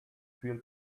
fuel